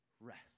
rest